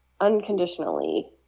unconditionally